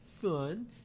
fun